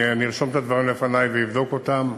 אני ארשום את הדברים לפני ואבדוק אותם.